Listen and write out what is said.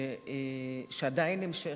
שעדיין נמשכת.